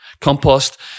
Compost